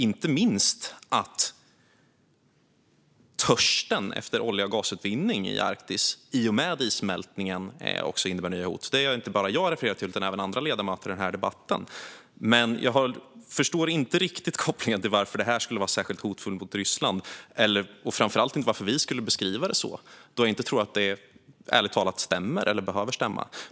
Inte minst innebär törsten efter olja och gasutvinning i Arktis i och med issmältningen nya hot. Det har inte bara jag utan också andra ledamöter refererat till i debatten. Jag förstår dock inte riktigt kopplingen till att det skulle vara särskilt hotfullt mot Ryssland och framför allt inte varför vi skulle beskriva det på det sättet. Jag tror ärligt talat inte att det stämmer eller behöver stämma.